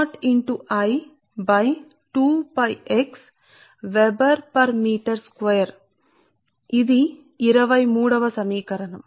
మరియు flux density మీరు x దూరం వద్ద చూస్తే చదరపు మీటరు కు వెబెర్ ఇది సమీకరణం 23